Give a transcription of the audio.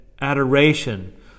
adoration